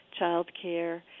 childcare